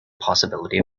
possibility